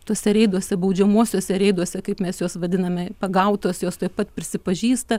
tuose reiduose baudžiamuosiuose reiduose kaip mes juos vadiname pagautos jos tuoj pat prisipažįsta